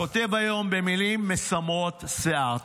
כותב היום במילים מסמרות שיער.